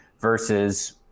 versus